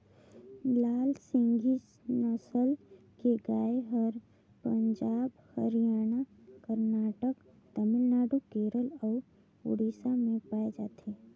लाल सिंघी नसल के गाय हर पंजाब, हरियाणा, करनाटक, तमिलनाडु, केरल अउ उड़ीसा में पाए जाथे